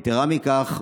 יתרה מכך,